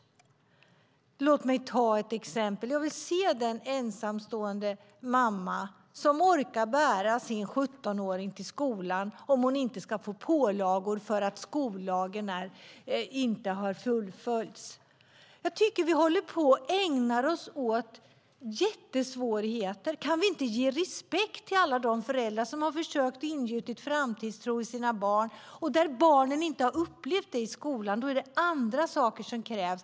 Låt mig ta ett exempel. Jag vill se den ensamstående mamma som orkar bära sin 17-åring till skolan för att inte få pålagor för att inte ha följt skollagen. Jag tycker att vi ägnar oss åt jättesvårigheter. Kan vi inte visa respekt för alla de föräldrar som har försökt ingjuta framtidstro i sina barn? Om barnen inte har upplevt det i skolan är det andra saker som krävs.